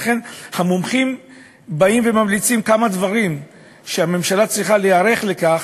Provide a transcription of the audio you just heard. לכן המומחים באים וממליצים על כמה דברים שהממשלה צריכה להיערך אליהם.